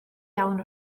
iawn